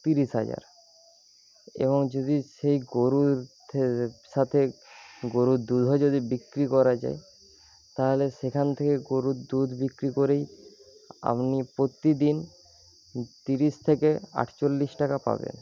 তিরিশ হাজার এবং যদি সেই গরুর সাথে গরুর দুধও যদি বিক্রি করা যায় তাহলে সেখান থেকে গরুর দুধ বিক্রি করেই আপনি প্রতিদিন তিরিশ থেকে আটচল্লিশ টাকা পাবেন